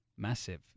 Massive